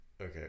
okay